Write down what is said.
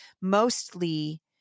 mostly